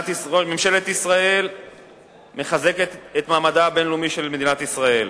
ממשלת ישראל מחזקת את מעמדה הבין-לאומי של מדינת ישראל.